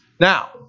Now